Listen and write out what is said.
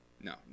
No